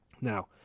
Now